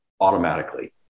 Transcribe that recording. automatically